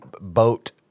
boat